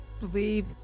believe